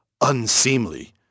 unseemly